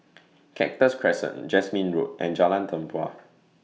Cactus Crescent Jasmine Road and Jalan Tempua